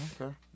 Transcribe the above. Okay